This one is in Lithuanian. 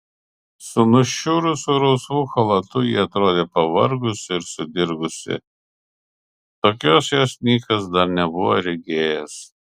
su nušiurusiu rausvu chalatu ji atrodė pavargusi ir sudirgusi tokios jos nikas dar nebuvo regėjęs